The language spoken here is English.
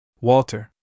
Walter